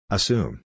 Assume